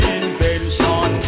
invention